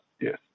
yes